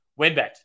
WinBet